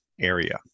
area